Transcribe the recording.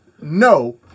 No